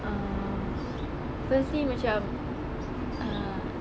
uh firstly macam uh